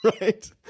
right